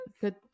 good